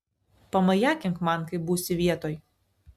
pamajakink man kai būsi vietoj